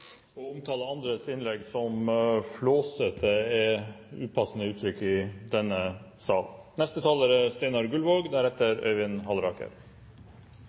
omtale andres innlegg som «flåsete» er upassende i denne salen. Det er